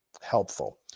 helpful